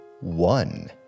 one